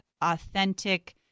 authentic